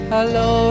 Hello